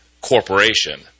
corporation